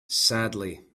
sadly